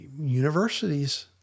universities